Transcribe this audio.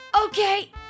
Okay